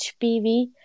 HPV